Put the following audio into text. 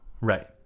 Right